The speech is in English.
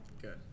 Good